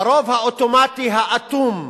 ברוב האוטומטי האטום,